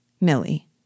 Millie